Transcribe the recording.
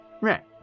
Right